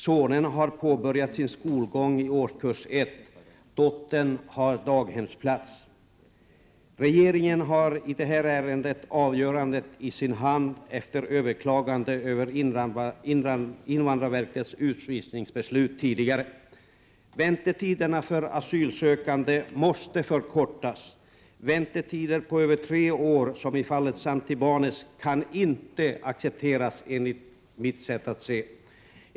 Sonen har påbörjat sin skolgång i årskurs 1, dottern har daghemsplats. Regeringen har i detta ärende avgörandet i sin hand efter överklagande av invandrarverkets utvisningsbeslut. Väntetiderna för asylsökande måste förkortas. Väntetider på över tre år, som i fallet Santibanez, kan inte accepteras enligt mitt sätt att se.